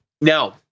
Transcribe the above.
Now